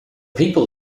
people